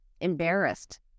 embarrassed